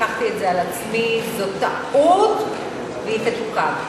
לקחתי את זה על עצמי, זו טעות והיא תתוקן.